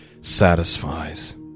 satisfies